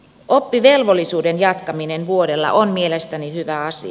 oppivelvollisuuden jatkaminen vuodella on mielestäni hyvä asia